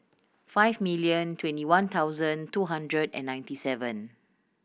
five million twenty one thousand two hundred and ninety seven